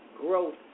growth